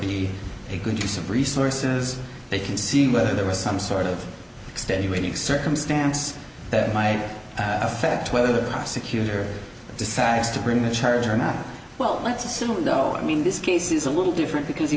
be a good use of resources they can see whether there was some sort of extenuating circumstance that my affect whether the prosecutor decides to bring a charge or not well let's assume though i mean this case is a little different because he